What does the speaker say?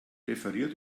referiert